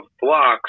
blocks